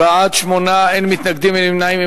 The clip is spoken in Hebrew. בעד, 8, אין מתנגדים, אין נמנעים.